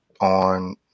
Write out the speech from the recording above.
on